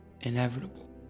inevitable